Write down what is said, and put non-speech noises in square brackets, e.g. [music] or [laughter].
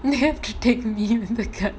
you have to take me with the gun [laughs]